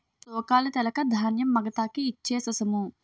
తూకాలు తెలక ధాన్యం మగతాకి ఇచ్ఛేససము